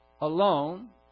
alone